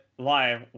live